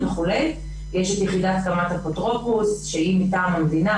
יש את יחידת קמ"ט אפוטרופוס שהיא מטעם המדינה